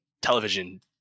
television